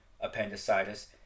appendicitis